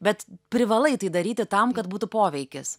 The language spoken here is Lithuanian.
bet privalai tai daryti tam kad būtų poveikis